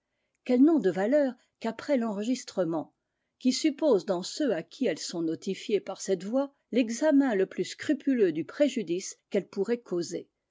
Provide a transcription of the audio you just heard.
qu'elles n'ont de valeur qu'après l'enregistrement qui suppose dans ceux à qui elles sont notifiées par cette voie l'examen le plus scrupuleux du préjudice qu'elles pourraient causer